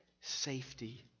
safety